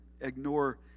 ignore